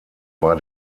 war